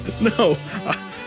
No